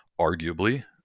arguably